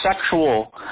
sexual